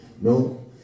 No